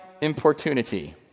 importunity